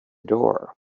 door